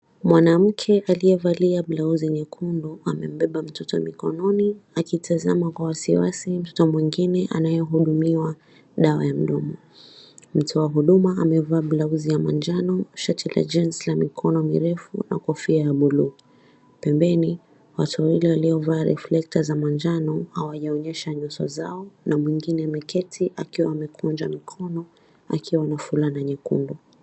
Mwanamke aliyevalia blauzi nyekundu amembeba mtoto mikononi, akitazama kwa wasiwasi mtoto mwingine anayehudumiwa dawa ya mdomo. Mtoa huduma amevaa blauzi ya manjano, shati la jeans la mikono mirefu, na kofia ya buluu. Pembeni, watu wawili waliovaa reflekta za manjano hawajaonyesha nyuso zao, na mwingine ameketi akiwa amekunja mkono, akiwa na fulana nyekundu.